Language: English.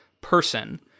person